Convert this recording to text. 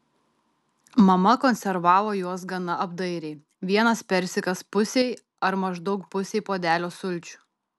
mama konservavo juos gana apdairiai vienas persikas pusei ar maždaug pusei puodelio sulčių